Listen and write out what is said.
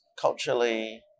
culturally